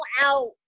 out